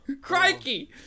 Crikey